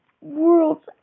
world